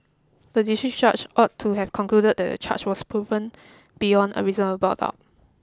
the district judge ought to have concluded that the charge was proved beyond a reasonable doubt